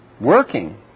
working